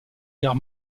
guerre